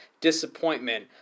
disappointment